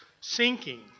sinking